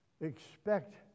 expect